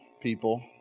people